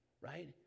Right